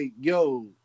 yo